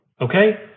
okay